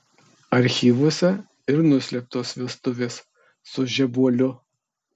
archyvuose ir nuslėptos vestuvės su žebuoliu